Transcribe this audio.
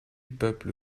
peuple